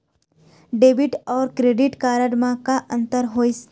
Debit अऊ credit card म का अंतर होइस?